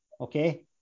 Okay